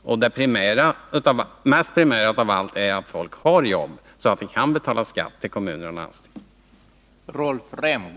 Det väsentligaste av allt är att människor har jobb så att de kan betala skatt till kommun och landsting.